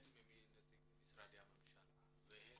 הן מנציגי משרדי הממשלה והן